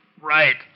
Right